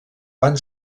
van